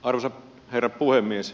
arvoisa herra puhemies